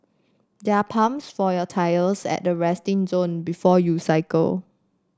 there are pumps for your tyres at the resting zone before you cycle